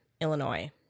Illinois